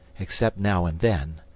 except now and then,